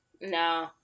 No